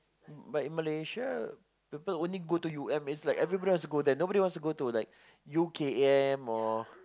but in Malaysia people only go to U_M it's like everybody wants to go there nobody wants to go to like U_K_M or